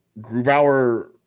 grubauer